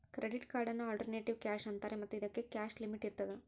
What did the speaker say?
credit ಕಾರ್ಡನ್ನು alternative cash ಅಂತಾರೆ ಮತ್ತು ಇದಕ್ಕೆ ಕ್ಯಾಶ್ ಲಿಮಿಟ್ ಇರ್ತದ